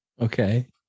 Okay